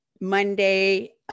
Monday